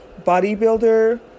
bodybuilder